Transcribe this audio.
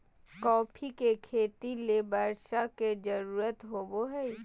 coffee के खेती ले बर्षा के जरुरत होबो हइ